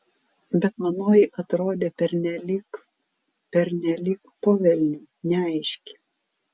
bet manoji atrodė pernelyg pernelyg po velnių neaiški